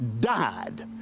died